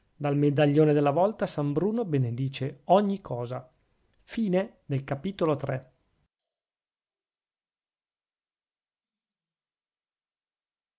dal medaglione della vlta san bruno benedice ogni cosa iv